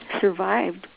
Survived